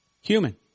Human